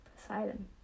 Poseidon